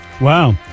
Wow